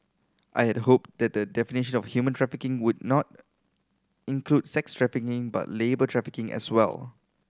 I had hoped that the definition of human trafficking would not include sex trafficking but labour trafficking as well